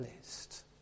list